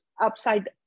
upside